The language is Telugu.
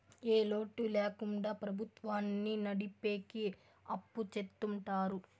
ఏ లోటు ల్యాకుండా ప్రభుత్వాన్ని నడిపెకి అప్పు చెత్తుంటారు